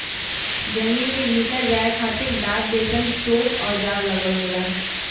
जमीन के भीतर जाये खातिर दांत जइसन चोक औजार लगल होला